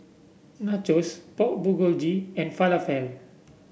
Nachos Pork Bulgogi and Falafel